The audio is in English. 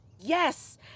Yes